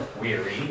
weary